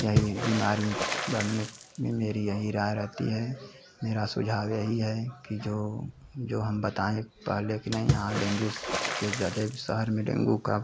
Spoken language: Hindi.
यही बीमारी बढ़ने में मेरी यही राय रहती है मेरा सुझाव है यही है कि जो हम बताए पहले कि नहीं यहाँ डेंगू के ज़्यादा शहर में डेंगू का